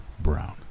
Brown